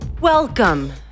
Welcome